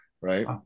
right